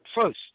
First